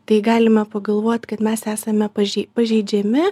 tai galime pagalvot kad mes esame pažei pažeidžiami